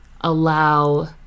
allow